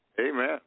Amen